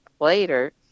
later